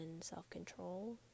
self-control